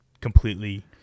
completely